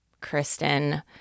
Kristen